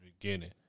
beginning